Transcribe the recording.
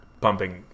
pumping